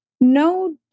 No